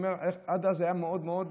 עד אז זה היה מאוד מאוד,